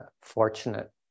fortunate